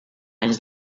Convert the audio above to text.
anys